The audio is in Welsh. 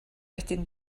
wedyn